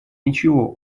ничего